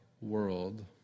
world